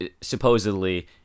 supposedly